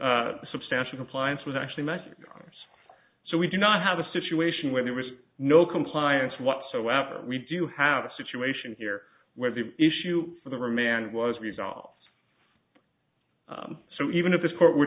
substantial compliance was actually measured so we do not have a situation where there was no compliance whatsoever we do have a situation here where the issue for the remand was resolved so even if this court we